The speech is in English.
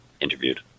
interviewed